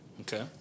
okay